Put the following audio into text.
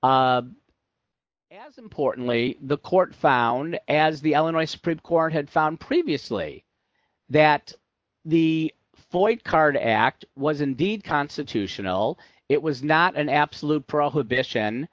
as importantly the court found as the l and i supreme court had found previously that the foid card act was indeed constitutional it was not an absolute prohibition